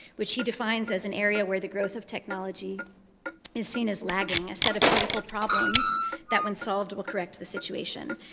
which he defines as an area where the growth of technology is seen as lagging. a set of critical problems that, when solved, will correct the situation.